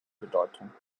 bedeutung